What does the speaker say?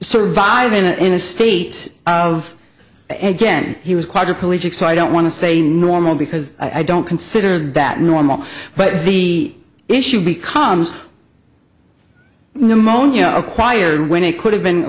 survive in a in a state of edge in he was quadriplegic so i don't want to say normal because i don't consider that normal but the issue becomes pneumonia acquired when it could have been